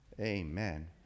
Amen